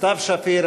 סתיו שפיר,